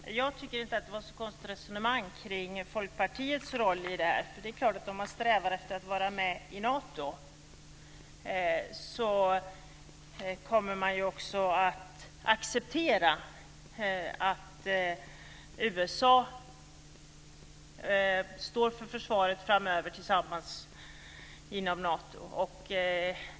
Fru talman! Jag tycker inte att det var ett så konstigt resonemang om Folkpartiets roll i det här. Om man strävar efter att vara med i Nato kommer man också att acceptera att USA står för försvaret framöver tillsammans inom Nato.